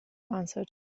answered